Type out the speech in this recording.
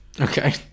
Okay